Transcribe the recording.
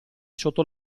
sotto